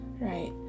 right